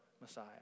Messiah